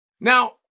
Now